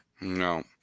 No